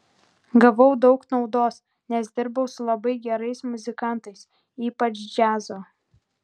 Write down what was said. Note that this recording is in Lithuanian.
gavau daug naudos nes dirbau su labai gerais muzikantais ypač džiazo